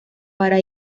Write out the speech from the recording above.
para